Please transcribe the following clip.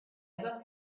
ever